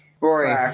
Rory